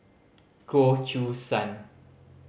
Goh Choo San